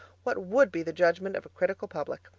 what would be the judgment of a critical public?